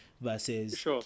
versus